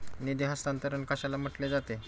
निधी हस्तांतरण कशाला म्हटले जाते?